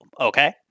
okay